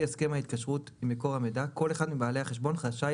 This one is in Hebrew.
הסכם ההתקשרות עם מקור המידע כל אחד מבעלי החשבון רשאי